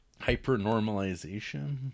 Hypernormalization